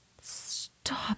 Stop